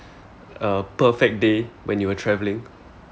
uh perfect day when you were travelling